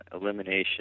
elimination